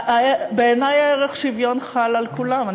בעיני ערך השוויון חל על כולם.